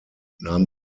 nahm